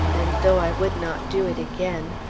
and though i would not do it again,